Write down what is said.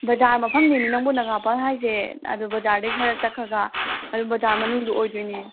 ꯕꯖꯥꯔ ꯃꯐꯝꯅꯦꯃꯤ ꯅꯪꯕꯨ ꯅꯥꯒꯥꯃꯥꯄꯥꯜ ꯍꯥꯏꯁꯦ ꯑꯗꯨ ꯕꯖꯥꯔꯗꯒꯤ ꯈꯔ ꯆꯠꯈ꯭ꯔꯒ ꯑꯗꯨ ꯕꯖꯥꯔ ꯃꯅꯨꯡꯗꯣ ꯑꯣꯏꯗꯣꯏꯅꯦ